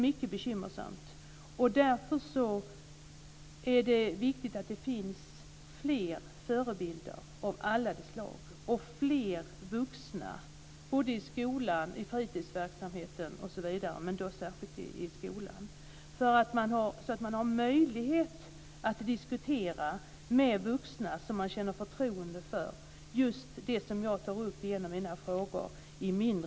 Det är viktigt med fler förebilder av alla de slag och med fler vuxna särskilt i skolan men också i fritidsverksamheten osv. Då kan ungdomar få en möjlighet att diskutera i mindre grupper med vuxna som de känner förtroende för, något som jag tar upp i en av mina frågor.